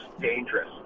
dangerous